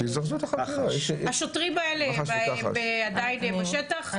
השוטרים האלה עדיין בשטח?